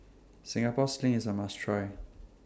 Singapore Sling IS A must Try